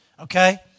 okay